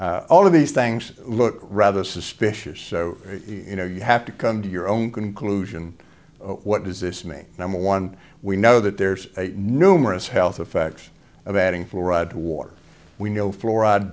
n all of these things look rather suspicious so you know you have to come to your own conclusion what does this mean number one we know that there's numerous health effects of adding fluoride war we know fluoride